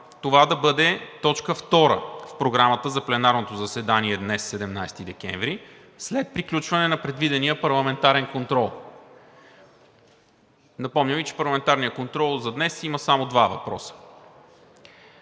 това да бъде точка втора в Програмата за пленарното заседание днес, 17 декември 2021 г., след приключване на предвидения Парламентарен контрол. Напомням Ви, че в Парламентарния контрол за днес има само два въпроса.